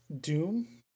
Doom